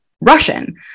Russian